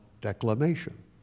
declamation